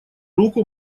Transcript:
руку